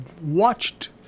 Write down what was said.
watched